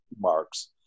marks